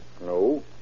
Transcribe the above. No